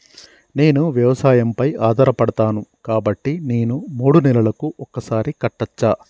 నేను వ్యవసాయం పై ఆధారపడతాను కాబట్టి నేను మూడు నెలలకు ఒక్కసారి కట్టచ్చా?